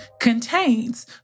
contains